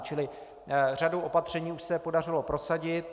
Čili řadu opatření už se podařilo prosadit.